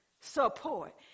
Support